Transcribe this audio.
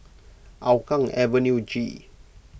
Hougang Avenue G